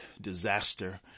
disaster